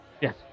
Yes